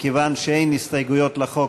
מכיוון שאין הסתייגויות לחוק,